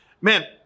Man